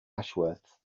ashworth